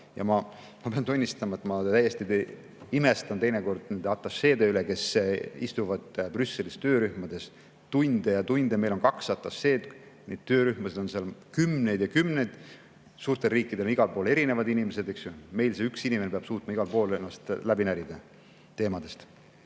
Ja ma pean tunnistama, et ma täiesti imestan teinekord nende atašeede üle, kes istuvad Brüsselis töörühmades tunde ja tunde. Meil on kaks atašeed, neid töörühmasid on seal kümneid ja kümneid. Suurtel riikidel on igal pool erinevad inimesed, eks ju. Meil peab üks inimene suutma igal pool ennast kõikidest teemadest